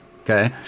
Okay